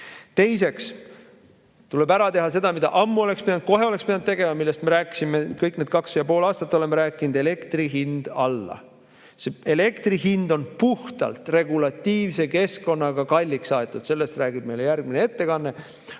Teiseks tuleb ära teha see, mida ammu oleks pidanud tegema, mille oleks kohe pidanud ära tegema, millest me kõik need kaks ja pool aastat oleme rääkinud: elektri hind alla. Elektri hind on puhtalt regulatiivse keskkonnaga kalliks aetud. Sellest räägib meile järgmine ettekanne.